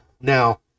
now